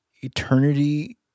eternity